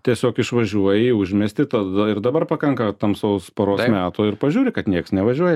tiesiog išvažiuoji į užmiestį tada ir dabar pakanka tamsaus paros meto ir pažiūri kad nieks nevažiuoja